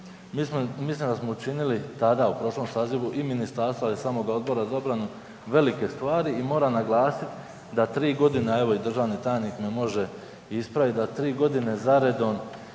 mislim da smo učinili tada u prošlom sazivu i ministarstva i samog Odbora za obranu velike stvari. I moram naglasiti da tri godine, a evo i državni tajnik me može ispraviti, da tri godine za redom